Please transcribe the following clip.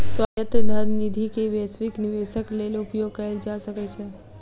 स्वायत्त धन निधि के वैश्विक निवेशक लेल उपयोग कयल जा सकै छै